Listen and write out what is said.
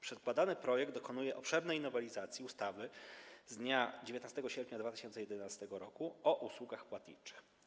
Przedkładany projekt dokonuje obszernej nowelizacji ustawy z dnia 19 sierpnia 2011 r. o usługach płatniczych.